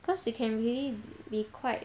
cause it can really be quite